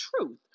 truth